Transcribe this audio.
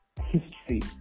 history